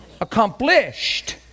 accomplished